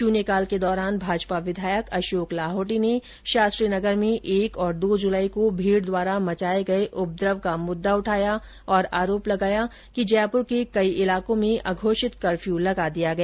शून्यकाल के दौरान भाजपा विधायक अषोक लाहौटी ने शास्त्रीनगर में एक और दो जुलाई को भीड़ द्वारा मचाये गये उपद्रव का मुददा उठाया और आरोप लगाया कि जयपुर के कई इलाकों में अघोषित कर्फ्यू लगा दिया गया